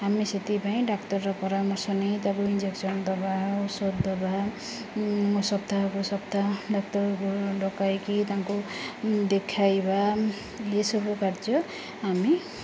ଆମେ ସେଥିପାଇଁ ଡାକ୍ତରର ପରାମର୍ଶ ନେଇ ତାକୁ ଇଞ୍ଜେକ୍ସନ ଦେବା ଔଷଧ ଦେବା ସପ୍ତାହକୁ ସପ୍ତାହ ଡାକ୍ତର ଡକାଇକି ତାକୁ ଦେଖାଇବା ଏସବୁ କାର୍ଯ୍ୟ ଆମେ